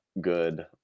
good